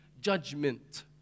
judgment